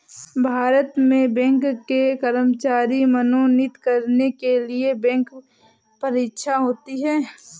भारत में बैंक के कर्मचारी मनोनीत करने के लिए बैंक परीक्षा होती है